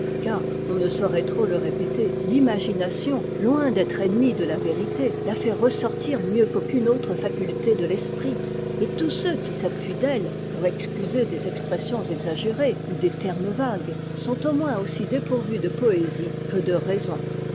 car on ne saurait trop le répéter l'imagination loin d'être ennemie de la vérité la fait ressortir mieux qu'aucune autre faculté de l'esprit et tous ceux qui s'appuient d'eue pour excuser des expressions exagérées ou des termes vagues sont au moins aussi dépourvus de poésie que de raison